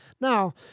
Now